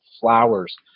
flowers